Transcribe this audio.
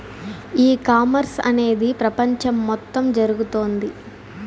ఈ కామర్స్ అనేది ప్రపంచం మొత్తం జరుగుతోంది